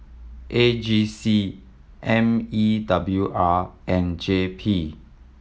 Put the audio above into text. A G C M E W R and J P